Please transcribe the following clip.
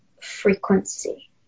frequency